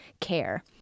care